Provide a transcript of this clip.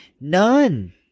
None